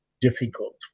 difficult